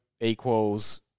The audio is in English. equals